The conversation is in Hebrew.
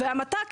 והמט"ק,